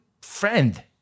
friend